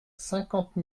cinquante